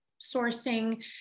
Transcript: sourcing